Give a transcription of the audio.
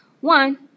One